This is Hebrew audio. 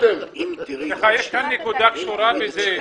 סליחה יש כאן נקודה הקשורה בזה.